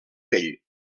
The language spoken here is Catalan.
vell